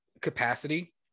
capacity